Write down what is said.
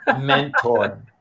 mentor